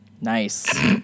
Nice